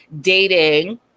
dating